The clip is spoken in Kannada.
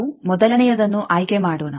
ನಾವು ಮೊದಲನೆಯದನ್ನು ಆಯ್ಕೆ ಮಾಡೋಣ